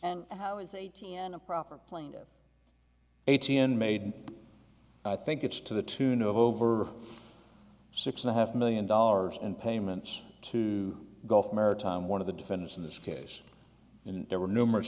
and a proper plaintive a t n made i think it's to the tune of over six and a half million dollars in payments to gulf maritime one of the defendants in this case and there were numerous